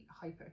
hyper